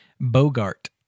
Bogart